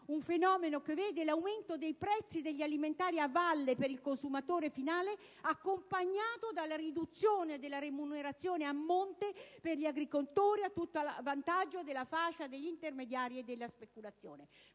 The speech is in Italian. un fenomeno che vede l'aumento dei prezzi degli alimentari a valle per il consumatore finale accompagnato dalla riduzione delle remunerazioni a monte per gli agricoltori, a tutto vantaggio della fascia degli intermediari e della speculazione.